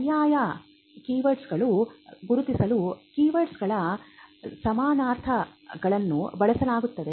ಪರ್ಯಾಯ ಕೀವರ್ಡ್ಗಳನ್ನು ಗುರುತಿಸಲು ಕೀವರ್ಡ್ಗಳ ಸಮಾನಾರ್ಥಕಗಳನ್ನು ಬಳಸಲಾಗುತ್ತದೆ